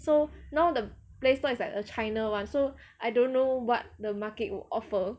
so now the playstore is like a china one so I don't know what the market will offer